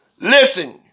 Listen